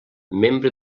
membre